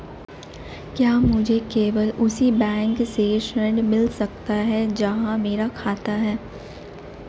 क्या मुझे केवल उसी बैंक से ऋण मिल सकता है जहां मेरा खाता है?